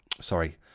Sorry